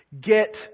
Get